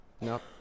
No